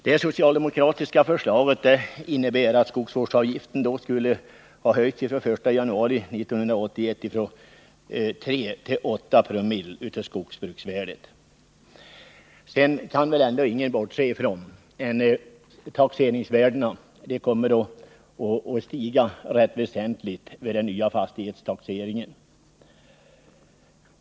Det socialdemokratiska förslaget innebär att skogsvårdsavgiften skulle höjas från den 1 januari 1981 från 3 till 8 Joo av skogsbruksvärdet. Ingen kan väl bortse från att taxeringsvärdena kommer att stiga rätt väsentligt vid den nya fastighetstaxeringen.